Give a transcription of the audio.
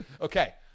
Okay